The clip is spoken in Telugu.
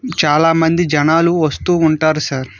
చాలామంది జనాలు వస్తు ఉంటారు సార్